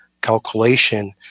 calculation